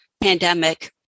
pandemic